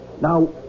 Now